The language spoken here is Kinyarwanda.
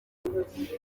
ati